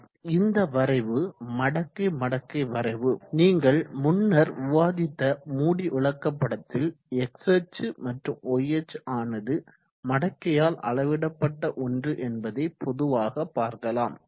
இந்த வரைவு மடக்கை மடக்கை வரைவு நீங்கள் முன்னர் விவாதித்த மூடிவிளக்கப்படத்தில் x அச்சு மற்றும் y அச்சு ஆனது மடக்கையால் அளவிடப்பட்ட ஒன்று என்பதை பொதுவாக பார்க்கலாம்